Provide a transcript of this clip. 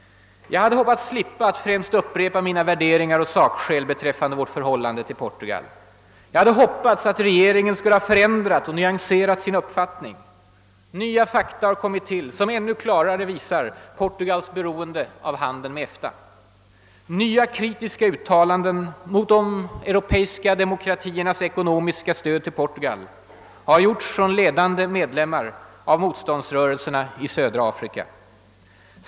Jag hade hoppats slippa att främst upprepa mina värderingar och sakskäl beträffande vårt förhållande till Portugal. Jag hade hoppats att regeringen skulle ha förändrat och nyanserat sin uppfattning. Nya fakta har kommit till som ännu klarare visar Portugals beroende av handeln med EFTA. Nya kritiska uttalanden och bedömningar beträffande de europeiska demokratiernas ekonomiska stöd till Portugal har gjorts från ledande medlemmar av motståndsrörelsen i södra Afrika.